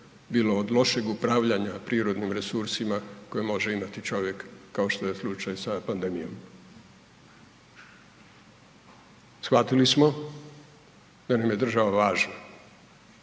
bilo od lošeg upravljanja prirodnim resursima koje može imati čovjek kao što je slučaj sa pandemijom. Shvatili smo da nam je država važna,